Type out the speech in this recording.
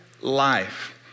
life